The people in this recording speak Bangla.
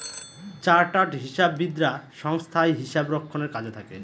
চার্টার্ড হিসাববিদরা সংস্থায় হিসাব রক্ষণের কাজে থাকে